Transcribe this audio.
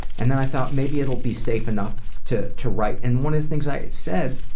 and then i thought, maybe it'll be safe enough to to write. and one of the things i said,